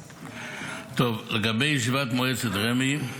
לגבי ישיבת מועצת רמ"י,